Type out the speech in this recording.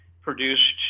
produced